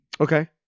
Okay